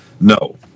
no